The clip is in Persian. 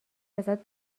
ازت